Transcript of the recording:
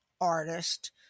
artist